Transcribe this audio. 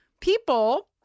people